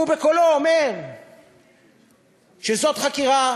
הוא בקולו אומר שזאת חקירה